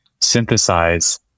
synthesize